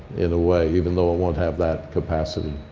in a way even though it won't have that capacity.